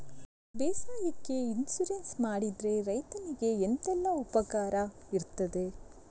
ಬೇಸಾಯಕ್ಕೆ ಇನ್ಸೂರೆನ್ಸ್ ಮಾಡಿದ್ರೆ ರೈತನಿಗೆ ಎಂತೆಲ್ಲ ಉಪಕಾರ ಇರ್ತದೆ?